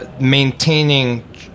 maintaining